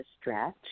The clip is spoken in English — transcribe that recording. stretch